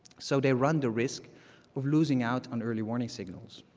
so they run the risk of losing out on early warning signals.